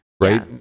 Right